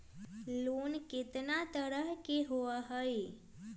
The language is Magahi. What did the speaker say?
लोन केतना तरह के होअ हई?